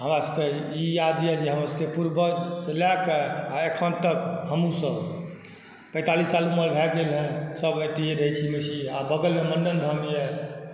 हमरा सबके ई याद यऽ जे हमर सबके पूर्वज से लएके आ अखन तक हमहुँ सब पैंतालिस साल उमर भए गेल हइ सब एतऽ रहै छी महिषी आ बगलमे मण्डन धाम यऽ